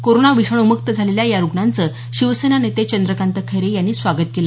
corona विषाणूम्क्त झालेल्या या रुग्णांचं शिवसेना नेते चंद्रकांत खैरे यांनी स्वागत केलं